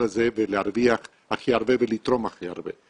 הזה ולהרוויח הכי הרבה ולתרום הכי הרבה,